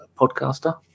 podcaster